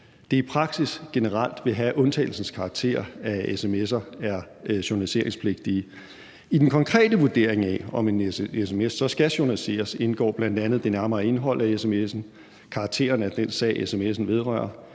det i praksis generelt vil have undtagelsens karakter, at sms'er er journaliseringspligtige. I den konkrete vurdering af, om en sms så skal journaliseres, indgår bl.a. det nærmere indhold af sms'en, karakteren af den sag, sms'en vedrører,